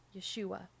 Yeshua